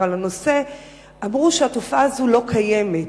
על הנושא אמרו שהתופעה הזאת לא קיימת.